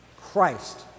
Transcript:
Christ